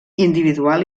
individual